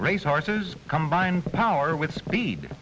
race horses combine power with speed